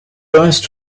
burst